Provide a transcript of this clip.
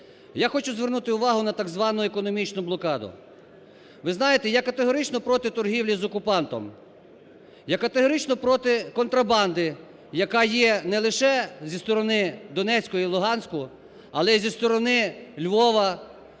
Я хочу звернути увагу на так звану економічну блокаду. Ви знаєте, я категорично проти торгівлі з окупантом, я категорично проти контрабанди, яка є не лише зі сторони Донецьку і Луганську, але і зі сторони Львова